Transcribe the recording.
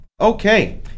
Okay